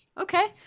Okay